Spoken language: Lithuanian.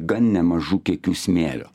gan nemažu kiekiu smėlio